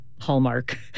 hallmark